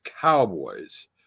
Cowboys